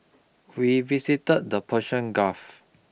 we visit the Persian Gulf